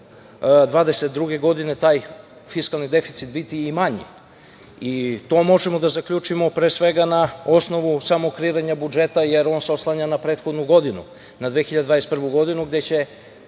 2022. godine taj fiskalni deficit biti i manji i to možemo da zaključimo, pre svega, na osnovu samog kreiranja budžeta, jer on se oslanja na prethodnu godinu, na 2021. godinu, gde će